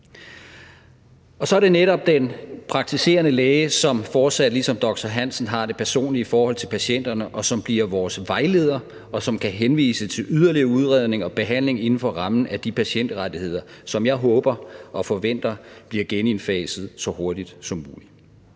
Det er netop den praktiserende læge, som fortsat ligesom doktor Hansen har det personlige forhold til patienterne, og som bliver vores vejleder, og som kan henvise til yderligere udredning og behandling inden for rammen af de patientrettigheder, som jeg håber og forventer bliver genindfaset så hurtigt som muligt.